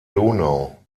donau